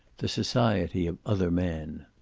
the society of other men.